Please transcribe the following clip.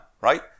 right